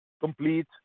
complete